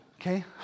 okay